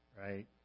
right